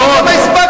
תראה כמה הספקתם.